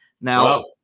Now